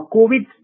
Covid